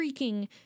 freaking